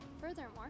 Furthermore